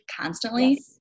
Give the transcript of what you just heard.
constantly